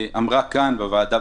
אמרה כאן בוועדה,